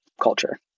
culture